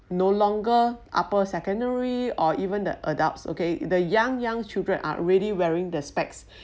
no longer upper secondary or even the adults okay the young young children are already wearing the specs